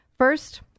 First